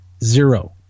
zero